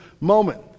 moment